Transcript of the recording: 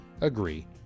agree